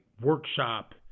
workshop